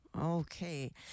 Okay